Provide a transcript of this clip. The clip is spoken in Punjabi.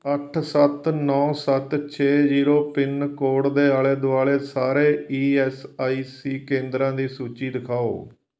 ਅੱਠ ਸੱਤ ਨੌਂ ਸੱਤ ਛੇ ਜੀਰੋ ਪਿੰਨ ਕੋਡ ਦੇ ਆਲੇ ਦੁਆਲੇ ਸਾਰੇ ਈ ਐੱਸ ਆਈ ਸੀ ਕੇਂਦਰਾਂ ਦੀ ਸੂਚੀ ਦਿਖਾਓ